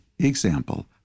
example